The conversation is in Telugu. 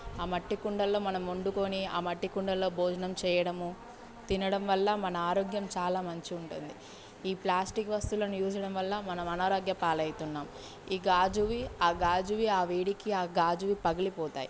ఆ మట్టి కుండల్లో మనం వండుకోని ఆ మట్టి కుండల్లో భోజనం చేయడము తినడం వల్ల మన ఆరోగ్యం చాలా మంచిగా ఉంటుంది ఈ ప్లాస్టిక్ వస్తువులను యూస్ చేయడం వల్ల మనం అనారోగ్య పాలవుతున్నాం ఈ గాజువి ఆ గాజువి ఆ వేడికి ఆ గాజువి పగిలిపోతాయి